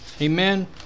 Amen